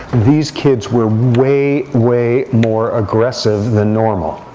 these kids were way, way more aggressive than normal.